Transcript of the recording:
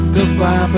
Goodbye